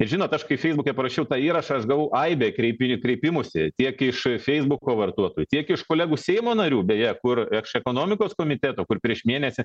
žinot aš kai feisbuke parašiau tą įrašą gavau aibę kreipi kreipimųsi tiek iš feisbuko vartotojų tiek iš kolegų seimo narių beje kur eš ekonomikos komiteto kur prieš mėnesį